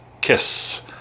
Kiss